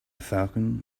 falcon